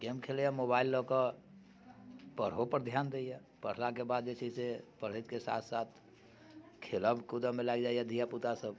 game खेलैए mobile लऽ कऽ पढ़ओपर ध्यान दैए पढ़लाके बाद जे छै से पढ़यके साथ साथ खेलब कूदबमे लागि जाइए धियापुतासभ